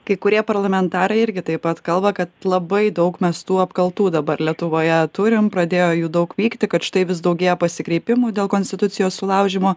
kai kurie parlamentarai irgi taip pat kalba kad labai daug mes tų apkaltų dabar lietuvoje turim pradėjo jų daug vykti kad štai vis daugėja pasikreipimų dėl konstitucijos sulaužymo